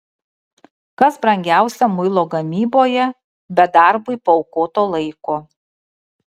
kas brangiausia muilo gamyboje be darbui paaukoto laiko